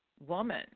woman